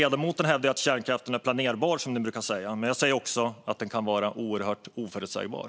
Ledamoten hävdar att kärnkraften är planerbar, som ni brukar säga. Men jag säger också att den kan vara oerhört oförutsägbar.